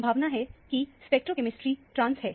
संभावना है की स्टीरियोकेमेस्ट्री ट्रांस है